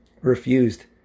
refused